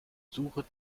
suche